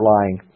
lying